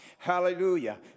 Hallelujah